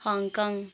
Hong Kong